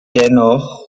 dennoch